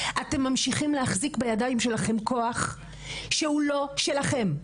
אתם ממשיכים להחזיק בידיים שלכם כוח שהוא לא שלכם.